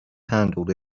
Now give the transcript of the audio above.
handled